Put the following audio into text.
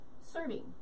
serving